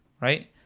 right